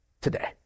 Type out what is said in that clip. today